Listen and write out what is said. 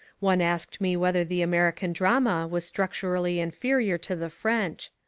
one asked me whether the american drama was structurally inferior to the french.